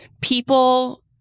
people